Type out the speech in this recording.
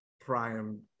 prime